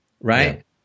right